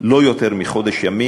לא יותר מחודש ימים.